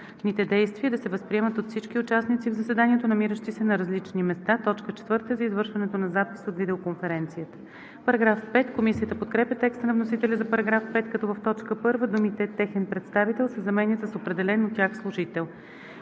действия да се възприемат от всички участници в заседанието, намиращи се на различни места; 4. за извършването на запис от видеоконференцията.“ Комисията подкрепя текста на вносителя за § 5, като в т. 1 думите „техен представител“ се заменят с „определен от тях служител“.